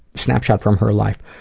snapshot from her life.